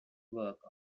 work